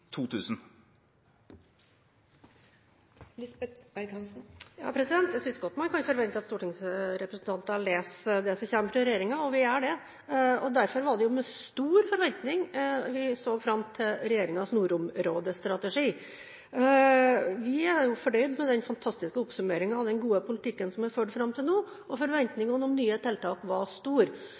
godt man kan forvente at stortingsrepresentanter leser det som kommer fra regjeringen. Vi gjør det. Derfor var det med stor forventning vi så fram til regjeringens nordområdestrategi. Vi er fornøyd med den fantastiske oppsummeringen av den gode politikken som er blitt ført fram til nå. Forventningen om nye tiltak var stor.